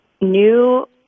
new